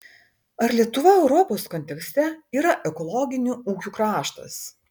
ar lietuva europos kontekste yra ekologinių ūkių kraštas